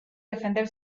defender